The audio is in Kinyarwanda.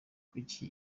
kuki